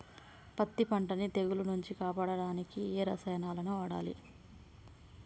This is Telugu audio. పత్తి పంటని తెగుల నుంచి కాపాడడానికి ఏ రసాయనాలను వాడాలి?